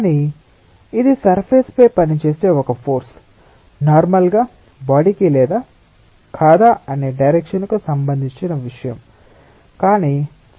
కానీ ఇది సర్ఫేస్ పై పనిచేసే ఒక ఫోర్స్ నార్మల్ గా బాడీ కి లేదా కాదా అనేది డైరెక్షన్ కు సంబంధించిన విషయం